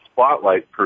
spotlight